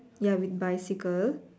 ya with bicycle